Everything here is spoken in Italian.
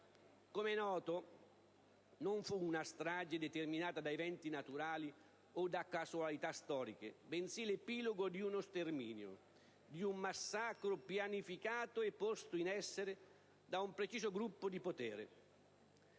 Com'è noto, non fu una strage determinata da eventi naturali o da casualità storiche, bensì l'epilogo di uno sterminio, di un massacro pianificato e posto in essere da un preciso gruppo di potere,